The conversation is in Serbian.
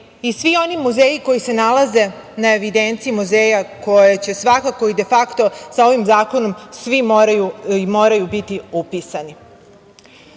i svi oni muzeji koji se nalaze na evidenciji muzeja koje će svakako i defakto sa ovim zakonom svi morati biti upisani. Muzejski